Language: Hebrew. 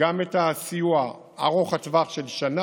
וגם את הסיוע ארוך הטווח, של שנה,